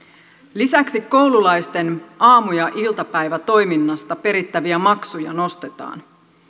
lisäksi koululaisten aamu ja iltapäivätoiminnasta perittäviä maksuja nostetaan